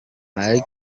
mari